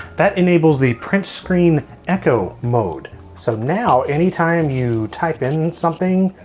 that enables the print screen echo mode. so now anytime you type in something,